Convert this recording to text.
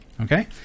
okay